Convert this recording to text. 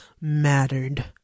mattered